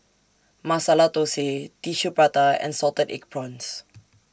Masala Thosai Tissue Prata and Salted Egg Prawns